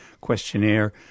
questionnaire